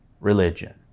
religion